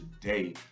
today